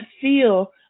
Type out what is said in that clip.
feel